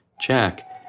Jack